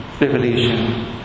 revelation